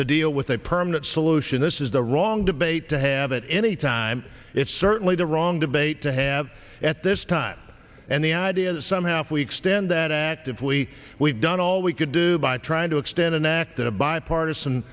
to deal with a permanent solution this is the wrong debate to have at any time it's certainly the wrong debate to have at this time and the idea that somehow if we extend that actively we've done all we could do by trying to extend an act that a bipartisan